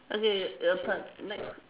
okay your turn next